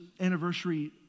anniversary